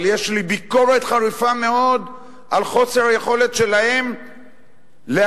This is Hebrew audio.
אבל יש לי ביקורת חריפה מאוד על חוסר היכולת שלהם להבין